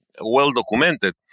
well-documented